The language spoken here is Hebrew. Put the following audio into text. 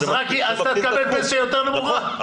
אז אתה תקבל פנסיה יותר נמוכה.